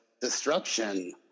destruction